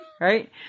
Right